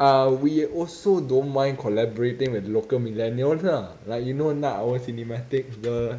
uh we also don't mind collaborating with local millennials lah like you know night owl cinematics the